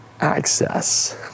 access